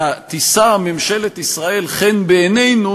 תישא ממשלת ישראל חן בעינינו,